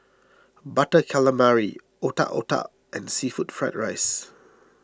Butter Calamari Otak Otak and Seafood Fried Rice